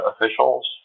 officials